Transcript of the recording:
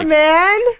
man